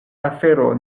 afero